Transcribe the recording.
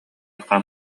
хам